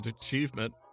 achievement